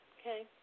okay